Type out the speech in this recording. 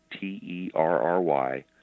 T-E-R-R-Y